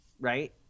right